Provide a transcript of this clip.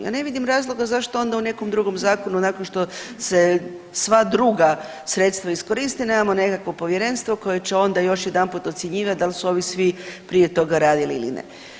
Ja ne vidim razloga onda u nekom drugom zakonu nakon što se sva druga sredstva iskoriste nemamo nekakvo povjerenstvo koje će onda još jedanput ocjenjivat da li su ovi svi prije toga radili ili ne.